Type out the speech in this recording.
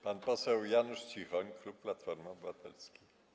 Pan poseł Janusz Cichoń, klub Platformy Obywatelskiej.